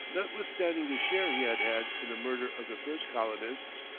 notwithstanding the share he had had in the murder of the first colonists,